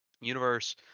universe